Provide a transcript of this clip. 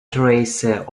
tracer